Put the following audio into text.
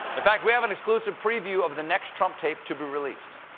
in fact, we have an exclusive preview of the next trump tape to be released.